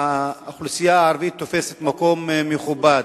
שהאוכלוסייה הערבית תופסת מקום מכובד,